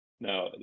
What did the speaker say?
No